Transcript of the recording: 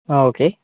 ആ ഓക്കെ